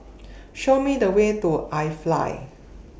Show Me The Way to IFly